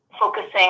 focusing